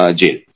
jail